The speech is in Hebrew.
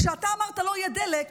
כשאתה אמרת: לא יהיה דלק,